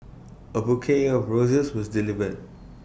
A bouquet of roses was delivered